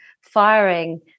firing